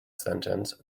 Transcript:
sentence